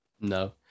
No